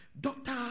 doctor